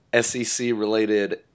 SEC-related